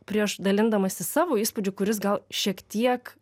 prieš dalindamasis savo įspūdžiu kuris gal šiek tiek